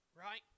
right